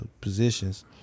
positions